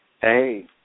Hey